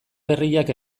berriak